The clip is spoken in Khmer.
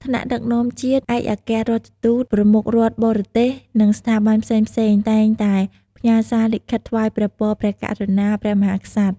ថ្នាក់ដឹកនាំជាតិ ឯកអគ្គរដ្ឋទូត ប្រមុខរដ្ឋបរទេស និងស្ថាប័នផ្សេងៗ តែងតែផ្ញើសារលិខិតថ្វាយព្រះពរព្រះករុណាព្រះមហាក្សត្រ។